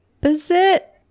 Opposite